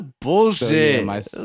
Bullshit